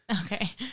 Okay